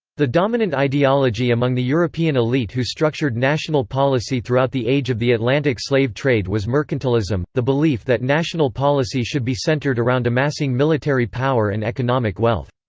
the dominant ideology among the european elite who structured national policy throughout the age of the atlantic slave trade was mercantilism, the belief that national policy should be centered around amassing military power and economic wealth.